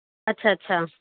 अच्छा अच्छा